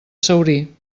saurí